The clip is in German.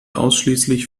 ausschließlich